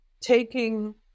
taking